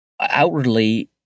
outwardly